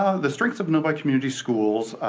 ah the strengths of novi community schools,